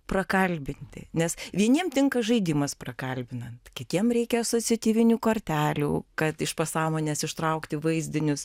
prakalbinti nes vieniem tinka žaidimas prakalbinant kitiem reikia asociatyvinių kortelių kad iš pasąmonės ištraukti vaizdinius